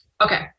Okay